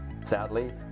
Sadly